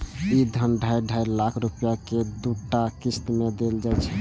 ई धन ढाइ ढाइ लाख रुपैया के दूटा किस्त मे देल जाइ छै